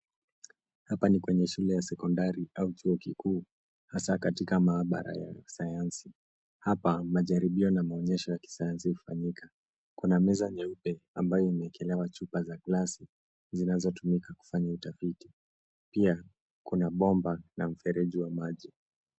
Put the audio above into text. Hapa ni kwenye shule ya sekondari au chuo kikuu hasa katika maabara ya sayansi. Hapa majaribio na maonyesho ya kisayansi hufanyika. Kuna meza nyeupe ambayo inawekelewa chupa za glasi zinazotumika kufanya utafiti. Pia kuna bomba na mfereji wa maji.